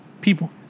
People